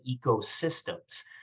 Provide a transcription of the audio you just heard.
ecosystems